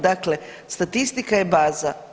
Dakle statistika je baza.